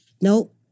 Nope